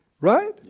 right